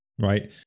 right